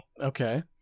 Okay